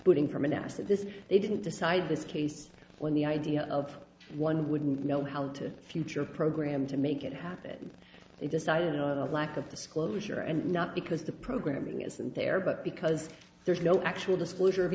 booting from a nasa this they didn't decide this case when the idea of one wouldn't know how to future program to make it happen they decided on a lack of disclosure and not because the programming isn't there but because there's no actual disclosure of